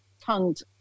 tongued